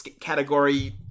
category